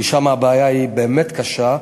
כי שם הבעיה היא באמת קשה,